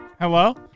Hello